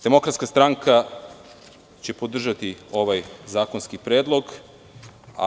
Demokratska stranka će podržati ovaj zakonski predlog.